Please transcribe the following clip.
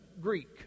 Greek